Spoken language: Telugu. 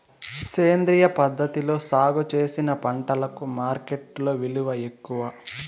సేంద్రియ పద్ధతిలో సాగు చేసిన పంటలకు మార్కెట్టులో విలువ ఎక్కువ